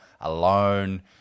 alone